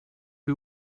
who